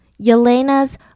yelena's